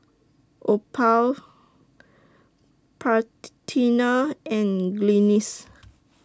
Opal Parthenia and Glynis